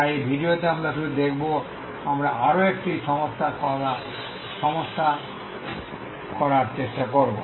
তাই এই ভিডিওতে আমরা শুধু দেখব আমরা আরো একটি সমস্যা করার চেষ্টা করব